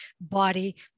body